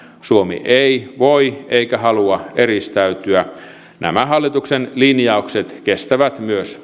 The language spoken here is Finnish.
suomi ei voi eikä halua eristäytyä nämä hallituksen linjaukset kestävät myös